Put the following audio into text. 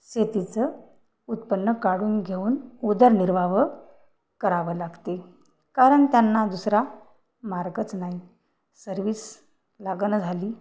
शेतीचं उत्पन्न काढून घेऊन उदरनिर्वाह करावा लागतो कारण त्यांना दुसरा मार्गच नाही सर्व्हिस लागेना झाली